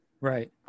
right